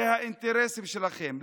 זה האינטרסים שלכן.